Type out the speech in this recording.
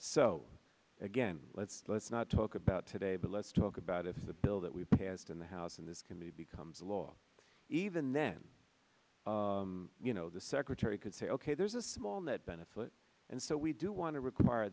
so again let's let's not talk about today but let's talk about if the bill that we passed in the house in this committee becomes law even then you know the secretary could say ok there's a small net benefit and so we do want to require